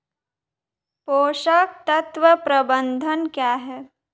पोषक तत्व प्रबंधन क्या है?